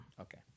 Okay